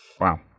Wow